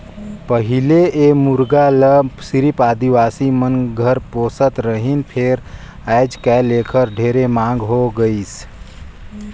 पहिले ए मुरगा ल सिरिफ आदिवासी मन घर मे पोसत रहिन फेर आयज कायल एखर ढेरे मांग होय गइसे